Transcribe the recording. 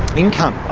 income.